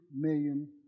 million